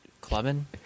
clubbing